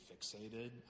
fixated